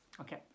Okay